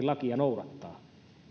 lakia noudattaa